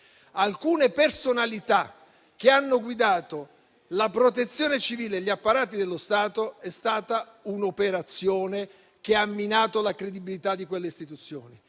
alcune personalità che hanno guidato la Protezione civile e gli apparati dello Stato è stata un'operazione che ha minato la credibilità di quelle istituzioni,